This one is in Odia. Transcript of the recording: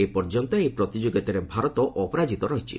ଏପର୍ଯ୍ୟନ୍ତ ଏହି ପ୍ରତିଯୋଗିତାରେ ଭାରତ ଅପରାଜିତ ରହିଛି